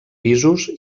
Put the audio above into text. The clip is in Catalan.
pisos